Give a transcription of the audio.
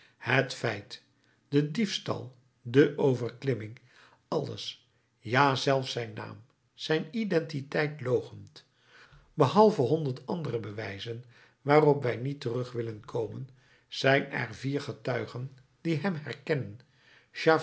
het feit den diefstal de overklimming alles ja zelfs zijn naam zijn identiteit loochent behalve honderd andere bewijzen waarop wij niet terug willen komen zijn er vier getuigen die hem herkennen